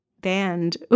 band